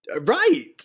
right